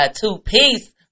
two-piece